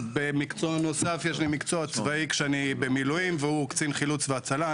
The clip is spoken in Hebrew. יש לי מקצוע צבאי כשאני במילואים והוא קצין חילוץ והצלה.